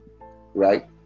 right